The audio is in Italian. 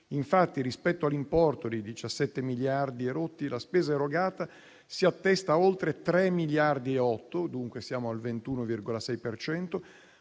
infatti rispetto all'importo di circa 17 miliardi la spesa erogata si attesta oltre 3,8 miliardi, dunque siamo al 21,6 per cento,